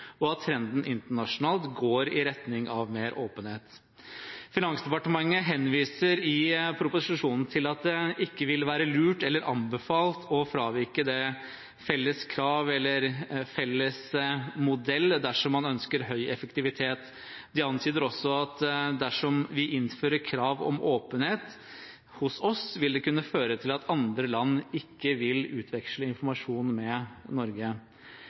og at trenden internasjonalt går i retning av mer åpenhet. Finansdepartementet henviser i proposisjonen til at det ikke ville være lurt eller anbefalt å fravike felles krav eller felles modell dersom man ønsker høy effektivitet. De antyder også at dersom vi innfører krav om åpenhet hos oss, vil det kunne føre til at andre land ikke vil utveksle informasjon med Norge.